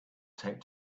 taped